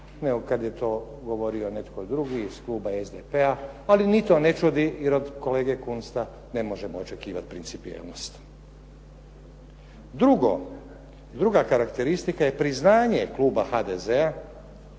kada je to govorio netko drugi iz kluba SDP-a ali ni to ne čudi, jer od kolege Kunsta ne možemo očekivati principijelnost. Druga karakteristika je priznanje kluba HDZ-a